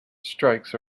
strikes